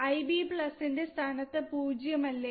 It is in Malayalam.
Ib ന്റെ സ്ഥാനത് 0 അല്ലെ